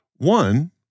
One